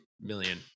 million